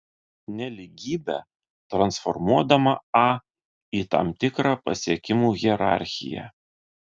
nelygybę transformuodama a į tam tikrą pasiekimų hierarchiją